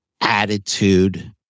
attitude